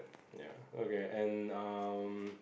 ya okay and um